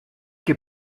que